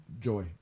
Joy